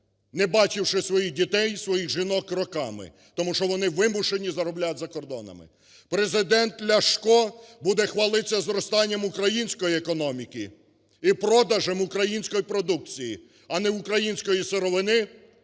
небачивши своїх дітей, своїх жінок роками, тому що вони вимушені заробляти за кордонами. Президент Ляшко буде хвалитись зростанням української економіки і продажем української продукції, а не української сировини